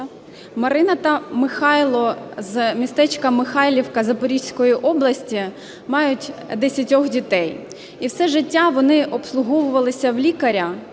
Марина та Михайло з містечка Михайлівка Запорізької області мають десятьох дітей і все життя вони обслуговувалися у лікаря,